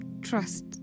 trust